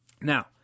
Now